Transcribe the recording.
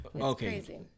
okay